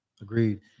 Agreed